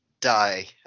die